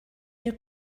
you